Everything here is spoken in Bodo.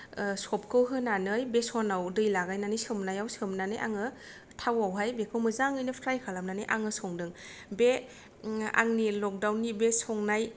ओ चपखौ होनानै बेसनाव दै लागायनानै सोमनायाव सोमनानै आङो थावआवहाय बेखौ मोजाङैनो फ्राय खालामनानै आङो संदों बे ओ आंनि लकदाउननि बे संनाय